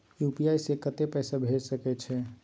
UPI से कत्ते पैसा भेज सके छियै?